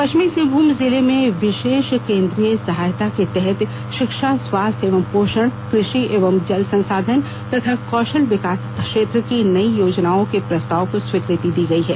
पश्चिमी सिंहभूम जिले में विशेष केंद्रीय सहायता के तहत शिक्षा स्वास्थ्य एवं पोषण कृषि एवं जल संसाधन तथा कौशल विकास क्षेत्र की नई योजनाओं के प्रस्ताव को स्वीकृति दी गई है